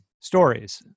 stories